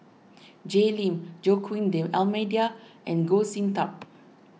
Jay Lim Joaquim D'Almeida and Goh Sin Tub